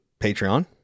Patreon